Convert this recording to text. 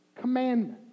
commandment